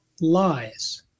lies